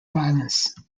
violence